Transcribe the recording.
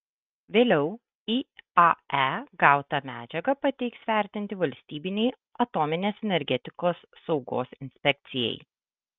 vėliau iae gautą medžiagą pateiks vertinti valstybinei atominės energetikos saugos inspekcijai